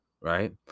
right